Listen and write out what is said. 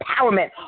empowerment